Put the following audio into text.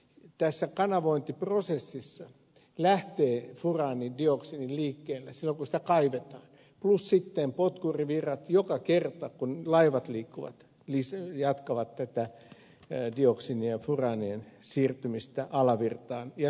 tässä kanavointiprosessissa lähtee furaani ja dioksiini liikkeelle silloin kun sitä kaivetaan plus sitten potkurivirrat joka kerta kun laivat liikkuvat jatkavat tätä dioksiinien ja furaanien siirtymistä alavirtaan ja suomenlahteen